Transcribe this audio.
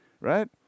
right